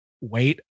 wait